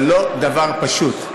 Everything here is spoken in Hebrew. זה לא דבר פשוט,